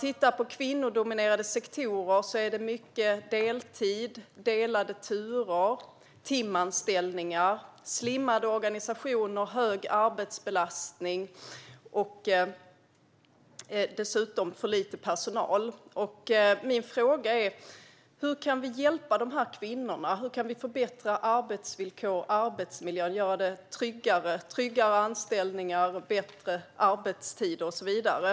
I kvinnodominerade sektorer är det mycket deltid, delade turer, timanställningar, slimmade organisationer, hög arbetsbelastning och dessutom för lite personal. Min fråga är hur vi kan hjälpa de här kvinnorna. Hur kan vi förbättra arbetsvillkoren och arbetsmiljön och göra anställningarna tryggare, arbetstiderna bättre och så vidare?